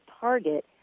target